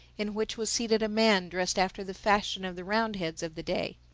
in which was seated a man dressed after the fashion of the roundheads of the day.